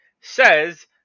says